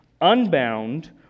unbound